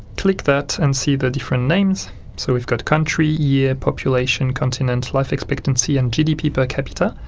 click that and see the different names so we've got country, year population, continent, life expectancy and gdp per capita.